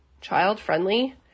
child-friendly